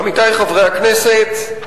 עמיתי חברי הכנסת,